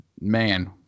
man